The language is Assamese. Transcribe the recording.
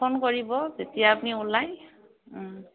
ফোন কৰিব যেতিয়া আপুনি ওলায়